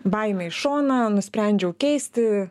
baimę į šoną nusprendžiau keisti